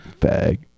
Fag